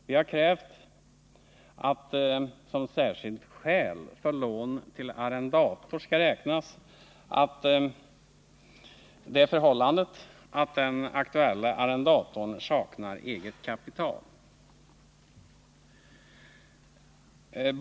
Vi har krävt att som särskilt skäl för lån till arrendator skall räknas det förhållandet att den aktuelle arrendatorn saknar eget kapital.